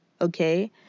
okay